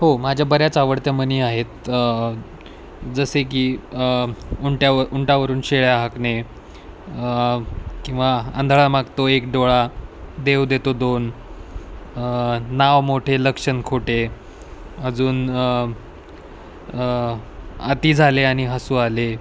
हो माझ्या बऱ्याच आवडत्या म्हणी आहेत जसे की उंट्याव उंटावरून शेळ्या हाकणे किंवा ह् आंधळा मागतो एक डोळा देव देतो दोन नाव मोठे लक्षण खोटे अजून अति झाले आणि हसू आले